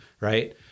right